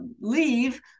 leave